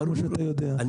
כמו שאתה יודע,